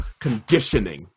conditioning